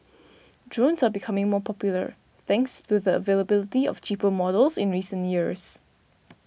drones are becoming more popular thanks to the availability of cheaper models in recent years